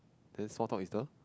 then sort out is the